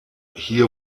hier